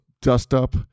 dust-up